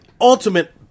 ultimate